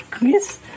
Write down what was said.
Yes